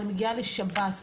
אני מגיעה לשב"ס,